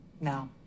No